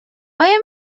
آیا